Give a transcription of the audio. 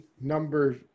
number